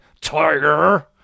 Tiger